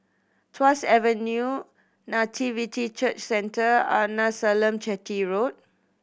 Tuas Avenue Nativity Church Centre Arnasalam Chetty Road